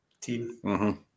team